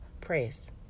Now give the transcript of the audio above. praise